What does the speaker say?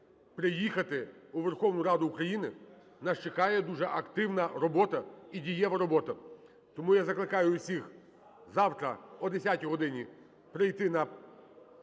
приїхати у Верховну Раду України, нас чекає дуже активна робота і дієва робота. Тому я закликаю всіх завтра о 10 годині прийти на пленарне